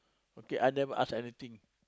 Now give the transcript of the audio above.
okay I never ask anything